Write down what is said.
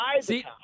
See